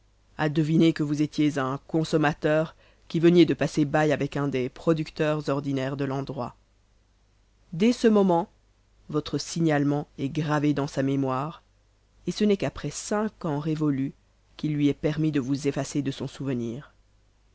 a deviné que vous étiez un consommateur qui veniez de passer bail avec un des producteurs ordinaires de l'endroit dès ce moment votre signalement est gravé dans sa mémoire et ce n'est qu'après cinq ans révolus qu'il lui est permis de vous effacer de son souvenir